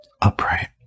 Upright